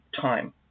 time